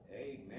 Amen